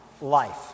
life